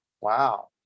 Wow